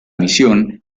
misión